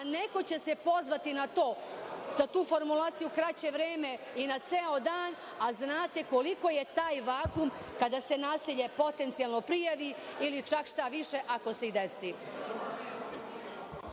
a neko će se pozvati na to da tu formulaciju, kraće vreme i na ceo dan, a znate koliko je taj vakum kada se nasilje potencijalno prijavi ili čak šta više, ako se i desi.